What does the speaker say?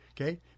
okay